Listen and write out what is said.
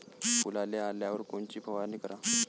फुलाले आल्यावर कोनची फवारनी कराव?